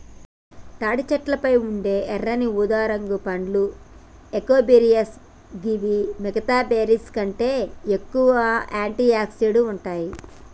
తాటి చెట్లపై పండే ఎర్రని ఊదారంగు పండ్లే ఏకైబెర్రీస్ గివి మిగితా బెర్రీస్కంటే ఎక్కువగా ఆంటి ఆక్సిడెంట్లు ఉంటాయి